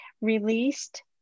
released